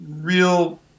real